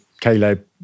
Caleb